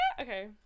Okay